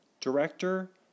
Director